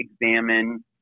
examine